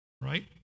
Right